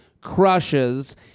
crushes